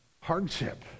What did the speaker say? hardship